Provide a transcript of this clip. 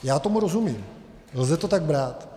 Já tomu rozumím, lze to tak brát.